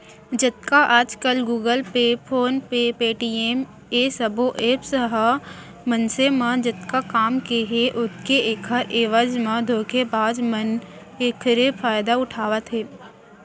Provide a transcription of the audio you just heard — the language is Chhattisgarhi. जतका आजकल Google pay, PhonePe, Paytm ए सबो ऐप्स ह मनसे म जतका काम के हे ओतके ऐखर एवज म धोखेबाज मन एखरे फायदा उठावत हे